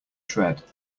tread